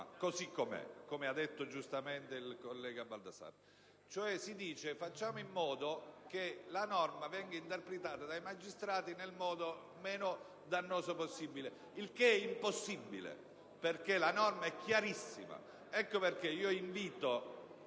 norma, come ha detto giustamente il collega Baldassarri. Si dice: facciamo in modo che la norma venga interpretata dai magistrati nel modo meno dannoso possibile, il che è impossibile, perché la norma è chiarissima.